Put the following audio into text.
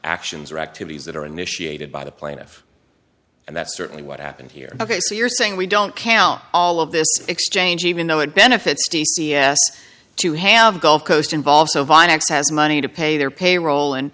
actions or activities that are initiated by the plaintiff and that's certainly what happened here ok so you're saying we don't count all of this exchange even though it benefits d c s to have gulf coast involved so fine x has money to pay their payroll and